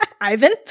Ivan